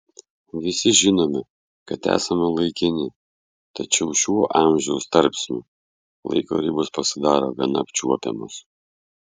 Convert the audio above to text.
visi žinome kad esame laikini tačiau šiuo amžiaus tarpsniu laiko ribos pasidaro gana apčiuopiamos